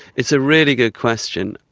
it's a really good question.